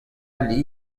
all